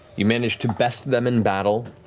you managed to best them in battle.